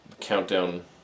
countdown